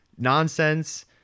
Nonsense